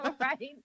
right